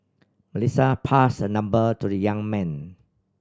Melissa passed her number to the young man